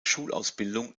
schulausbildung